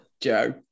Joe